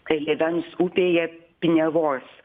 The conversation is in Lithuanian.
kai lėvens upėje piniavos